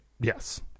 yes